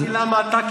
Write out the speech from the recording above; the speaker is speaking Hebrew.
שאלתי למה אתה,